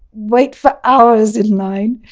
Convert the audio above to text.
wait for hours in line,